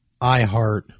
iHeart